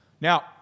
Now –